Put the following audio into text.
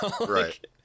Right